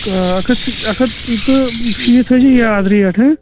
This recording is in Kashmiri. آ اکھ ہَتھ شیٖتھ اکھ ہتھ پٍنٛژٕہ شیٖتھ تھأوۍ زِ یاد ریٹ ہٕنٛہ